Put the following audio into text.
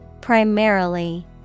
Primarily